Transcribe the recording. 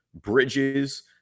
Bridges